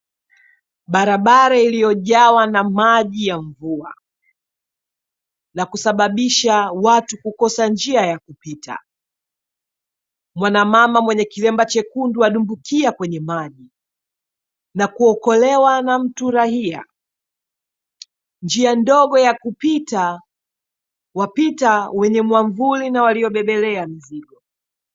Barabara iliyojawa na maji ya mvua, na kusababisha watu kukosa njia ya kupita. Mwanamama mwenye kilemba chekundu adumbukia kwenye maji, na kuokolewa na mtu raia. Njia ndogo ya kupita, wapita wenye mwamvuli na waliobebelea mizigo.